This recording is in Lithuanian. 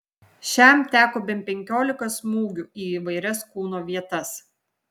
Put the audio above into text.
šiam teko bent penkiolika smūgių į įvairias kūno vietas